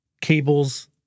cables